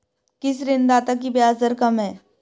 किस ऋणदाता की ब्याज दर कम है?